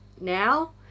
now